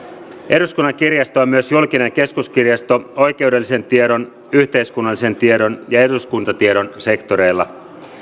eduskunnan kirjasto on myös julkinen keskuskirjasto oikeudellisen tiedon yhteiskunnallisen tiedon ja ja eduskuntatiedon sektoreilla